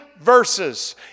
verses